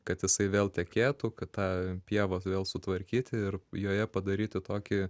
kad jisai vėl tekėtų kad tą pievą vėl sutvarkyti ir joje padaryti tokį